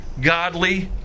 godly